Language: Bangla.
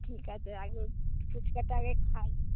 ঠিক আছে আগে ফুচকাটা আগে খাই